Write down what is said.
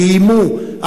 איימו,